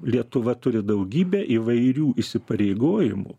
lietuva turi daugybę įvairių įsipareigojimų